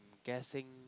guessing